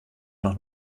noch